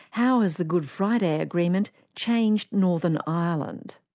how has the good friday agreement changed northern ireland?